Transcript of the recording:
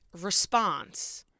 response